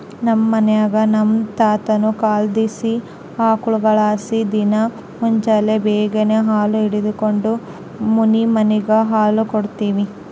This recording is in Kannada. ನಮ್ ಮನ್ಯಾಗ ನಮ್ ತಾತುನ ಕಾಲದ್ಲಾಸಿ ಆಕುಳ್ಗುಳಲಾಸಿ ದಿನಾ ಮುಂಜೇಲಿ ಬೇಗೆನಾಗ ಹಾಲು ಹಿಂಡಿಕೆಂಡು ಮನಿಮನಿಗ್ ಹಾಲು ಕೊಡ್ತೀವಿ